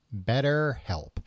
BetterHelp